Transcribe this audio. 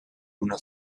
una